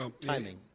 Timing